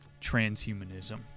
Transhumanism